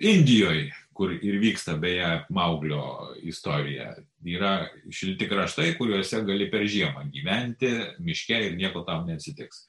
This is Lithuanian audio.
indijoj kur ir vyksta beje mauglio istorija yra šilti kraštai kuriuose gali per žiemą gyventi miške ir nieko tau neatsitiks